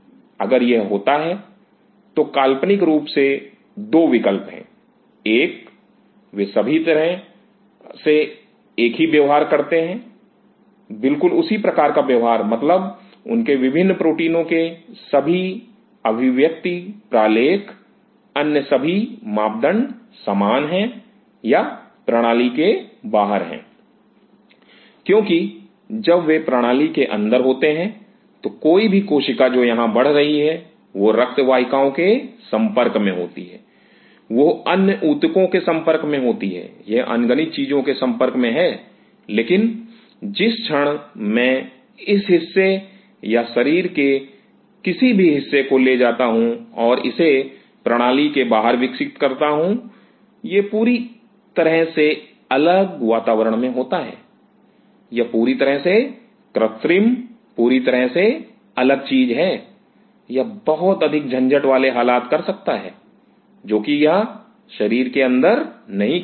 अगर यह होता है तो काल्पनिक रूप से दो विकल्प हैं एक वे सभी एक तरह का व्यवहार करते हैं बिल्कुल उसी प्रकार का व्यवहार मतलब उनके विभिन्न प्रोटीनों के सभी अभिव्यक्ति प्रालेख अन्य सभी मापदंड समान हैं या प्रणाली के बाहर हैं क्योंकि जब वे प्रणाली के अंदर होते हैं तो कोई भी कोशिका जो यहां बढ़ रही है वह रक्त वाहिकाओं के संपर्क में होती है वह अन्य ऊतकों के संपर्क में होती है यह अनगिनत चीजों के संपर्क में है लेकिन जिस क्षण मैं इस हिस्से या शरीर के किसी भी हिस्से को ले जाता हूं और इसे प्रणाली के बाहर विकसित करता हूं यह एक पूरी तरह से अलग वातावरण में होता है यह पूरी तरह से कृत्रिम पूरी तरह से अलग चीज है यह बहुत अधिक झंझट वाले हालात कर सकता है जोकि यह शरीर के अंदर नहीं कर सकता